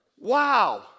Wow